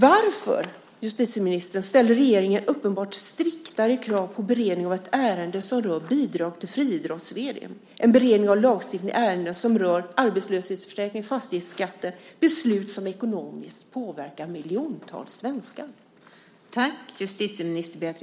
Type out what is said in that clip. Varför, justitieministern, ställer regeringen uppenbart striktare krav på beredning av ett ärende som rör bidrag till friidrotts-VM än på beredning av lagstiftning i ärenden som rör arbetslöshetsförsäkringen och fastighetsskatten - beslut som ekonomiskt påverkar miljontals svenskar?